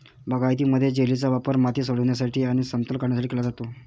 बागायतीमध्ये, जेलीचा वापर माती सोडविण्यासाठी आणि समतल करण्यासाठी केला जातो